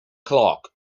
clark